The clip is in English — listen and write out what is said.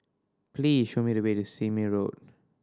please show me the way to Sime Road